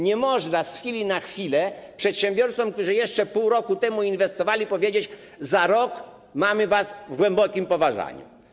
Nie można z chwili na chwilę przedsiębiorcom, którzy jeszcze pół roku temu inwestowali, powiedzieć: za rok będziemy mieli was w głębokim poważaniu.